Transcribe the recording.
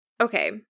Okay